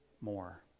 more